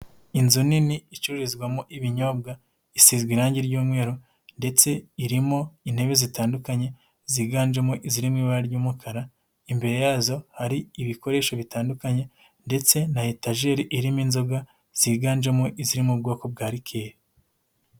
Inzu nini icururizwamo ibinyobwa isizwe irangi ry'umweru ndetse irimo intebe zitandukanye ziganjemo izirimo ibara ry'umukara, imbere yazo hari ibikoresho bitandukanye, ndetse na etajeri irimo inzoga ziganjemo izirimo bwoko bwa likeri.